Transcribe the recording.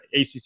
ACC